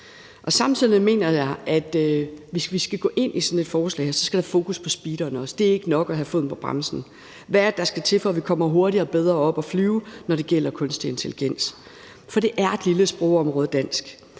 Samtidig mener jeg, at hvis vi skal gå ind i sådan et forslag her, skal der også fokus på speederen. Det er ikke nok at have foden på bremsen. Hvad er det, der skal til, for at vi kommer hurtigere og bedre op at flyve, når det gælder kunstig intelligens? For dansk er et lille sprogområde.